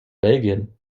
belgien